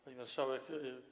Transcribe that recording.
Pani Marszałek!